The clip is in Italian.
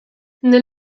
nel